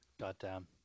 Goddamn